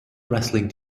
wrestling